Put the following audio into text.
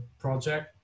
project